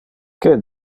que